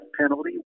penalty